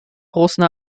großen